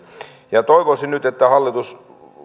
toivoisin nyt hallitukselta vielä